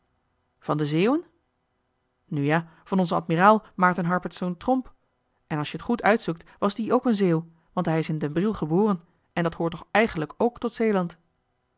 van de zeeuwen nu ja van onzen admiraal maerten harpertsz tromp en als je t goed uitzoekt was die ook een zeeuw want hij is in den briel geboren en dat hoort toch eigenlijk ook tot zeeland